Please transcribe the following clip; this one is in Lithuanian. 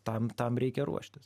tam tam reikia ruoštis